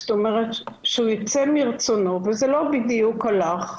זאת אומרת שהוא ייצא מרצונו וזה לא בדיוק הלך.